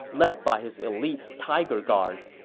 led by his elite tiger guards.